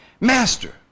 master